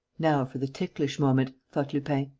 now for the ticklish moment, thought lupin.